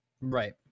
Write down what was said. right